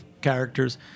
characters